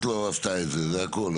הרשות לא עשתה את זה, הזה הכל.